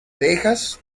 dejas